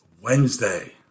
Wednesday